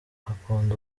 akunda